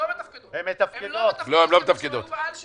כל התוכניות החשובות האלה,